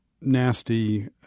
nasty